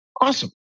Awesome